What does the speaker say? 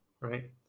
right